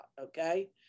Okay